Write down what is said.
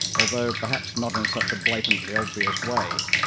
although perhaps not in such a blatantly obvious way.